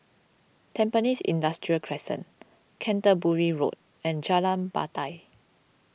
Tampines Industrial Crescent Canterbury Road and Jalan Batai